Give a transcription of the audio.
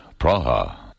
Praha